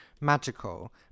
magical